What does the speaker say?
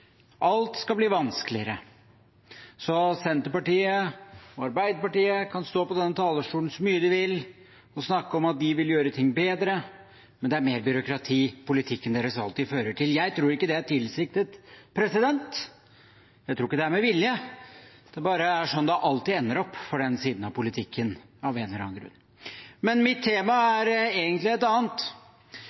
alt skal bli vanskeligere. Senterpartiet og Arbeiderpartiet kan stå på denne talerstolen så mye de vil og snakke om at de vil gjøre ting bedre, men det er mer byråkrati politikken deres alltid fører til. Jeg tror ikke det er tilsiktet, jeg tror ikke det er med vilje, det er bare slik det alltid ender opp for den siden av politikken av en eller annen grunn. Men mitt tema er egentlig et annet.